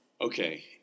Okay